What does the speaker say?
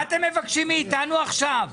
מבקשים מאיתנו עכשיו?